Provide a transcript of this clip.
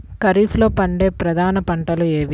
ఖరీఫ్లో పండే ప్రధాన పంటలు ఏవి?